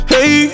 Hey